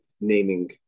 naming